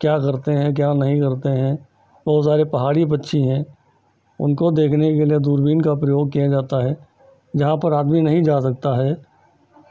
क्या करते हैं क्या नहीं करते हैं वो सारे पहाड़ी पच्छी हैं उनको देखने के लिए दूरबीन का प्रयोग किया जाता है जहाँ पर आदमी नहीं जा सकता है